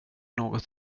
något